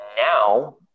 Now